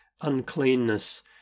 uncleanness